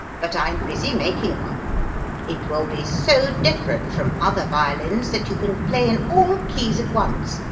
but i'm busy making one it will be so different from other violins that you can play in all keys at once,